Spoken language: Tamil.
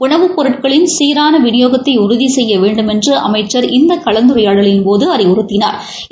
உணவுப் பொருட்களின் சீராள விநியோகத்தை உறுதி செய்ய வேண்டுமென்று அமைச்சர் இந்த கலந்துரையாடலின்போது அறிவுறுத்தினாா்